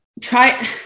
try